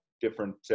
different